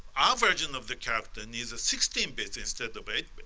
our version of the character needs ah sixteen bytes instead of eight